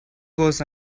goes